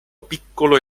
piccolo